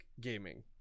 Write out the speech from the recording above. gaming